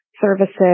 services